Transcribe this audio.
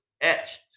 etched